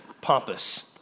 pompous